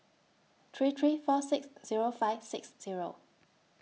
three three four six Zero five six Zero